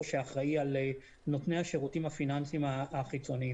שאחראי על נותני השירותים הפיננסיים החיצוניים.